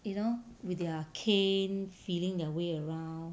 you know with their cane feeling their way around